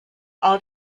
all